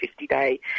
50-day